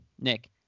Nick